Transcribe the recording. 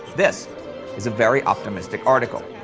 this is a very optimistic article.